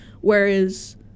Whereas